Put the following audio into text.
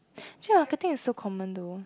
actually marketing is so common though